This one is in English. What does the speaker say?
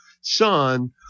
son